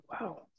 Wow